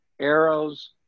Arrows